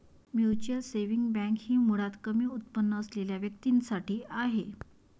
mutual saving bank ही मुळात कमी उत्पन्न असलेल्या व्यक्तीं साठी आहे